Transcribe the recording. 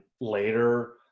later